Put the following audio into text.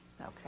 Okay